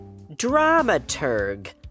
Dramaturg